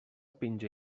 penja